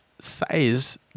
size